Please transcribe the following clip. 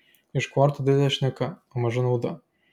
iš kvortų didelė šneka o maža nauda